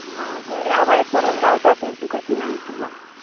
आं बरें हांव भायर सरोन रावता तर तुका तिनांक सुमार